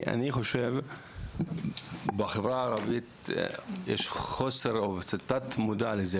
אני חושב שבחברה הערבית יש תת מודעות לזה.